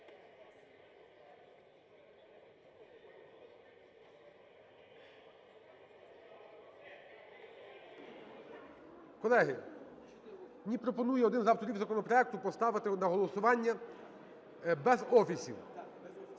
Колеги, мені пропонує один з авторів законопроекту поставити на голосування без офісів,